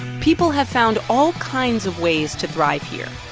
people have found all kinds of ways to thrive here.